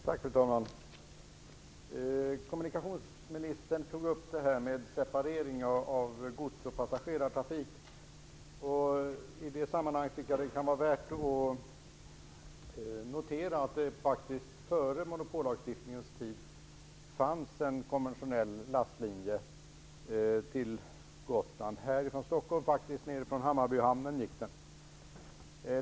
Fru talman! Kommunikationsministern tog upp frågan om separering av gods och passagerartrafik. I det sammanhanget tycker jag att det kan vara värt att notera att det före monopollagstiftningens tid fanns en konventionell lastlinje till Gotland från Stockholm - den gick från Hammarbyhamnen.